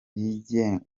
yigenga